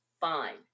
fine